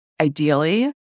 Ideally